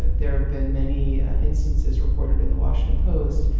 there have been many instances reported in the washington post,